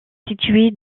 située